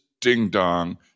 ding-dong